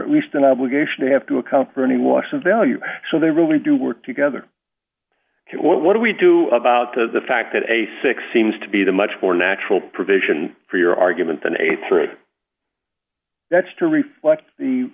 at least an obligation to have to account for any wash and value so they really do work together what do we do about the fact that a six seems to be the much more natural provision for your argument than a three that's to reflect the